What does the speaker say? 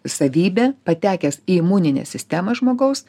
savybę patekęs į imuninę sistemą žmogaus